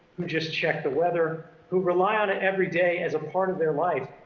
who just check the weather, who rely on it every day as a part of their life,